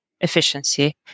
efficiency